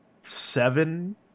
seven